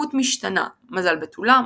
איכות משתנה - מזל בתולה,